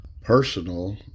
personal